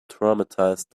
traumatized